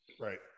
right